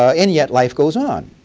ah and yet life goes on.